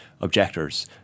objectors